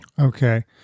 Okay